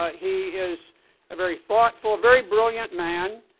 ah he is a very thoughtful, very brilliant man,